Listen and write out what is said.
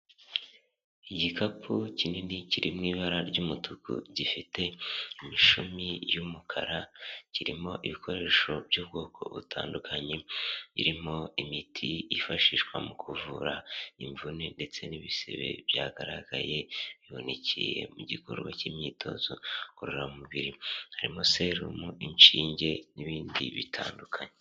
Igikapu kinini kiri mu ibara ry'umutuku gifite imishumi y'umukara, kirimo ibikoresho by'ubwoko butandukanye, irimo imiti yifashishwa mu kuvura imvune ndetse n'ibisebe byagaragaye, yavunikiye mu gikorwa cy'imyitozo ngororamubiri, harimo serumu, inshinge n'ibindi bitandukanye.